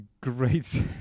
great